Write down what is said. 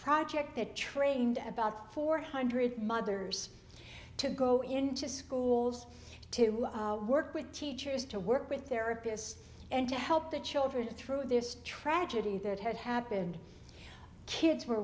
project that trained about four hundred mothers to go into schools to work with teachers to way with their peers and to help the children through this tragedy that had happened kids were